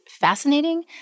fascinating